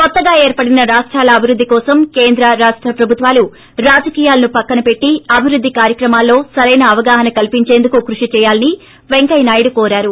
కొత్తగా ఏర్పడిన రాష్టాల అభివృద్ది కోసం కేంద్ర రాష్ట ప్రభుత్వాలు రాజకీయాలను పక్కన పెట్టి అభివృద్ది కార్యక్రమాల్లో సరైన అవగాహన కల్పించేందుకు కృషి చేయాలని వెంకయ్యనాయుడు కోరారు